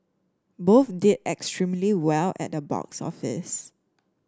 both did extremely well at the box office